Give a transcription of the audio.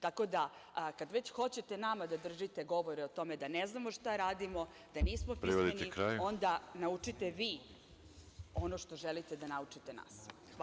Tako da, kad već hoćete nama da držite govore o tome da ne znamo šta radimo, da nismo pismeni, onda naučite vi ono što želite da naučite nas.